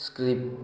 skip